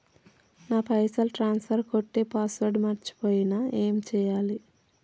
నా పైసల్ ట్రాన్స్ఫర్ కొట్టే పాస్వర్డ్ మర్చిపోయిన ఏం చేయాలి?